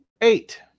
eight